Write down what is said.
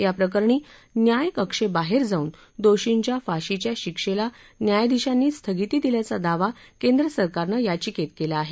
याप्रकरणी न्याय कक्षेबाहेर जाऊन दोषींच्या फाशीच्या शिक्षेला न्यायाधीशांनी स्थगिती दिल्याचा दावा केंद्र सरकारने याविकेत केला आहे